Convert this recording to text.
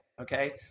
okay